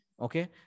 Okay